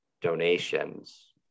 donations